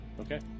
Okay